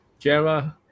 jera